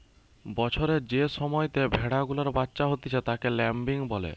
বছরের যে সময়তে ভেড়া গুলার বাচ্চা হতিছে তাকে ল্যাম্বিং বলে